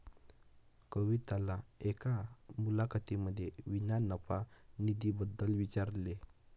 कविताला एका मुलाखतीमध्ये विना नफा निधी बद्दल विचारले